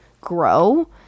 grow